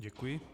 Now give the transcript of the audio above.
Děkuji.